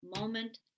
moment